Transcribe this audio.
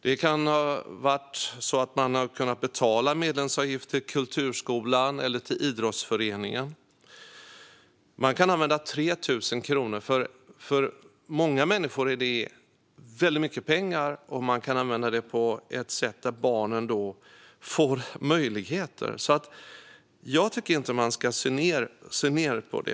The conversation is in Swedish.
Det kan ha gjort att man kunnat betala medlemsavgift till kulturskolan eller idrottsföreningen. För många människor är 3 000 kronor väldigt mycket pengar, och man kan använda dem på ett sätt som ger barnen möjligheter. Jag tycker inte att man ska se ned på det.